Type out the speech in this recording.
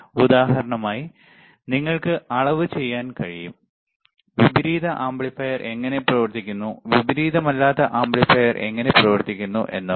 ഉദാഹരണമായി നിങ്ങൾക്ക് അളവ് ചെയ്യാൻ കഴിയും വിപരീത ആംപ്ലിഫയർ എങ്ങനെ പ്രവർത്തിക്കുന്നു വിപരീതമല്ലാത്ത ആംപ്ലിഫയർ എങ്ങനെ പ്രവർത്തിക്കുന്നു എന്നൊക്കെ